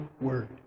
word